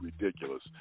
ridiculous